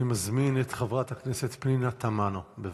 אני מזמין את חברת הכנסת פנינה תמנו, בבקשה.